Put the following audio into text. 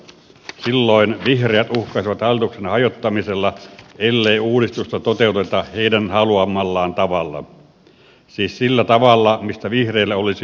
silloin vihreät uhkasivat hallituksen hajottamisella ellei uudistusta toteuteta heidän haluamallaan tavalla siis sillä tavalla mistä vihreille olisi hyötyä eduskuntavaaleissa